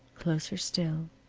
closer still.